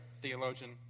theologian